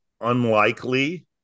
unlikely